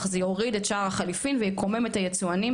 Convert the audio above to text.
אך זה יוריד את שער החליפין ויקומם את היצואנים,